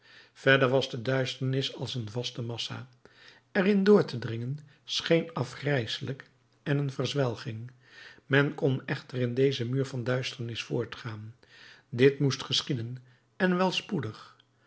verder was de duisternis als een vaste massa er in door te dringen scheen afgrijselijk en een verzwelging men kon echter in dezen muur van duisternis voortgaan dit moest geschieden en wel spoedig